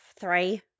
three